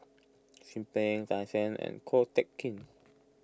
Chin Peng Tan Shen and Ko Teck Kin